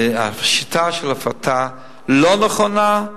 והשיטה של ההפרטה לא נכונה,